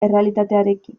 errealitatearekin